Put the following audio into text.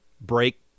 break